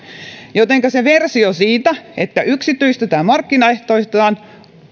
jotenka kun on se versio siitä että yksityistetään markkinaehtoistetaan